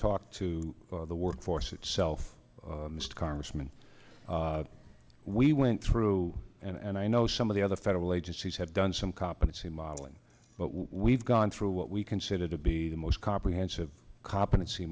talk to the workforce itself mr congressman we went through and i know some of the other federal agencies have done some competency modeling but we've gone through what we consider to be the most comprehensive competency